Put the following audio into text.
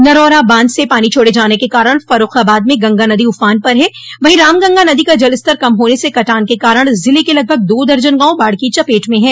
नरौरा बांध से पानी छोड़े जाने के कारण फर्रूखाबाद में गंगा नदी उफान पर है वहीं रामगंगा नदी का जलस्तर कम होने से कटान के कारण जिले के लगभग दो दर्जन गांव बाढ़ की चपेट में है